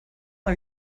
mal